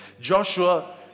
Joshua